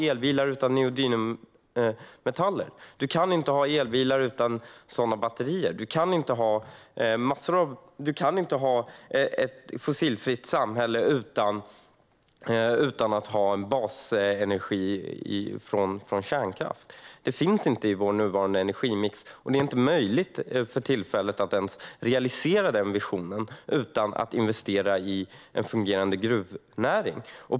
Man kan inte ha elbilar utan batterier med metallen neodym. Man kan inte ha ett fossilfritt samhälle utan att ha en basenergi från kärnkraft. Det finns inte i vår nuvarande energimix. Det är för tillfället inte ens möjligt att realisera den visionen utan att investera i en fungerande gruvnäring.